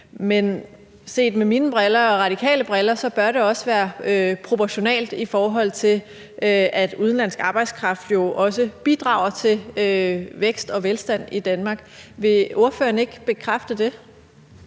Men set gennem mine og De Radikales briller bør det også være proportionalt, i forhold til at udenlandsk arbejdskraft jo også bidrager til vækst og velstand i Danmark. Vil ordføreren ikke bekræfte det?